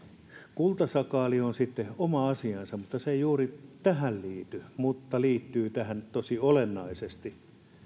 kultasakaali on sitten oma asiansa se ei juuri tähän liity mutta liittyy aiheeseen tosi olennaisesti